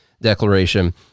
Declaration